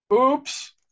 Oops